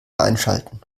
einschalten